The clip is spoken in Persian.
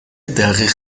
دقیق